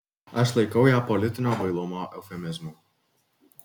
aš laikau ją politinio bailumo eufemizmu